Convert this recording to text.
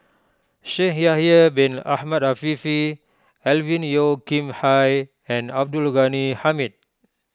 Shaikh Yahya Bin Ahmed Afifi Alvin Yeo Khirn Hai and Abdul Ghani Hamid